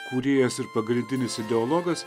kūrėjas ir pagrindinis ideologas